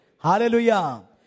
Hallelujah